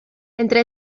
entre